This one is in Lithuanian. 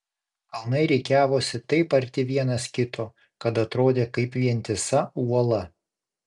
kalnai rikiavosi taip arti vienas kito kad atrodė kaip vientisa uola